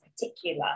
particular